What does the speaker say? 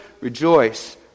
rejoice